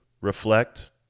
reflect